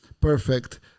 perfect